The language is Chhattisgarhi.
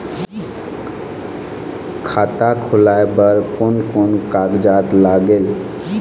खाता खुलवाय बर कोन कोन कागजात लागेल?